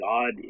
God